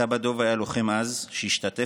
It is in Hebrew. סבא דב היה לוחם עז שהשתתף,